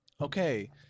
okay